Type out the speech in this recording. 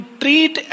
treat